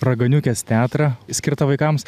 raganiukės teatrą skirtą vaikams